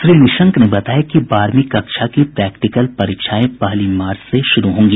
श्री निशंक ने बताया कि बारहवीं कक्षा की प्रैक्टिकल परीक्षाएं पहली मार्च से शुरू होंगी